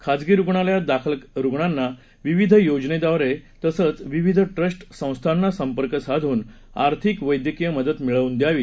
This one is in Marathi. खाजगी रुग्णालयात दाखल रुग्णांना विविध योजनेद्वारे तसेच विविध ट्रस्ट संस्थांना संपर्क साधून आर्थीक वस्क्रीय मदत मिळवून द्यावी